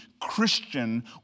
Christian